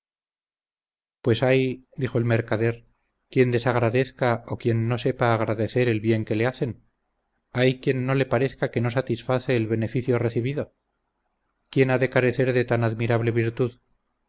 pues hay dijo el mercader quien desagradezca o quien no sepa agradecer el bien que le hacen hay quien no le parezca que no satisface el beneficio recibido quién ha de carecer de tan admirable virtud